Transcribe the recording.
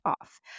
off